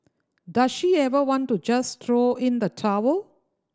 does she ever want to just throw in the towel